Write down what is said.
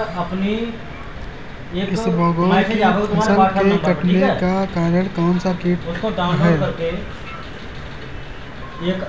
इसबगोल की फसल के कटने का कारण कौनसा कीट